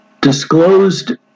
disclosed